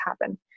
happen